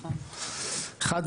אחד,